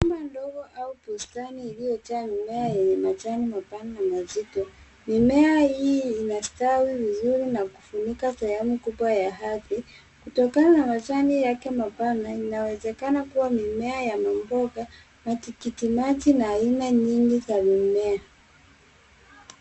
Shamba ndogo au bustani iliyojaa mimea yenye majani mapana na mazito. Mimea hii inastawi vizuri na kufunika sehemu kubwa ya ardhi. Kutokana na majani yake mapana, inawezekana kuwa mimea ya mamboga, matikiti maji na aina nyingi za mimea.